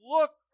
Look